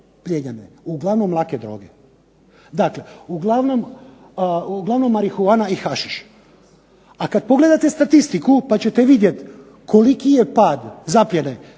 plijenjene. Uglavnom lake droge. Dakle, uglavnom marihuana i hašiš. A kada pogledate statistiku pa ćete vidjeti koliki je pad zaplijene